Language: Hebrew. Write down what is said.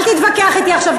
אל תתווכח אתי עכשיו.